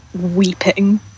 weeping